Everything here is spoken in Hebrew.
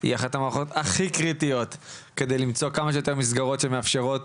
על מנת למצוא כמה שיותר מסגרות שמאפשרות